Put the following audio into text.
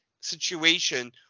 situation